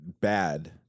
bad